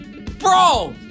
bro